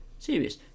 Serious